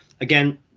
again